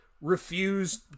refused